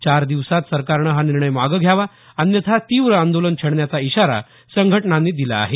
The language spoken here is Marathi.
चार दिवसात सरकारनं हा निर्णय मागं घ्यावा अन्यथा तीव्र आंदोलन छेडण्याचा इशारा संघटनांनी दिला आहे